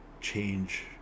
change